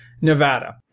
Nevada